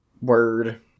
Word